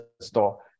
store